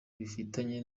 bifitanye